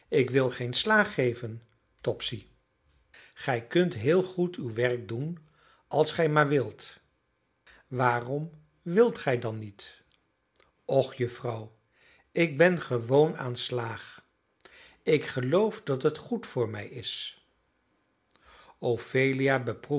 ik wil geen slaag geven topsy gij kunt heel goed uw werk doen als gij maar wilt waarom wilt gij dan niet och juffrouw ik ben gewoon aan slaag ik geloof dat het goed voor mij is ophelia